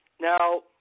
now